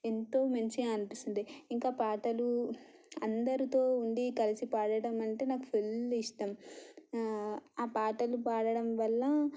ఎంతో మంచిగా అనిపిస్తుండే ఇంకా పాటలు అందరితో ఉండి కలిసి పాడటం అంటే నాకు ఫుల్ ఇష్టం ఆ పాటలు పాడడం వల్ల